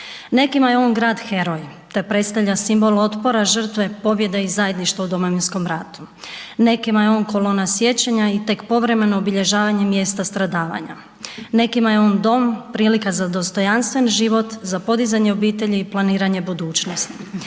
Nekima je on grad heroj te predstavlja simbol otpora, žrtve, pobjede i zajedništva u Domovinskom ratu. Nekima je on kolona sjećanja i tek povremeno obilježavanje mjesta stradavanja. Nekima je on dom, prilika za dostojanstven život, za podizanje obitelji i planiranje budućnosti.